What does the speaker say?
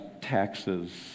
taxes